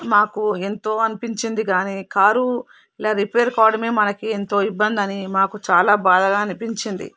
మాకు ఎంతో అనిపించింది కానీ కారు ఇలా రిపేర్ కావడమే మనకి ఎంతో ఇబ్బంది అని చాలా బాధగా అనిపించింది